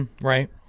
Right